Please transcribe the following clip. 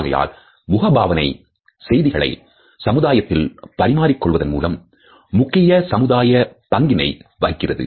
ஆகையால் முகபாவனை செய்திகளை சமுதாயத்தில் பரிமாறிக் கொள்வதன் மூலம் முக்கிய சமுதாய பங்கினை வகிக்கின்றது